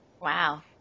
Wow